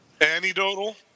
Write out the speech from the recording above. anecdotal